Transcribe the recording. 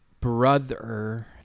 brother